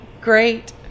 great